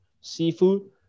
Seafood